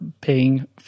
paying